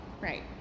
right